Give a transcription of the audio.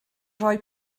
rhoi